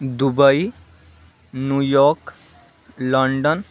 Dubai New York London